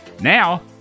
Now